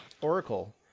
Oracle